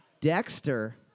Dexter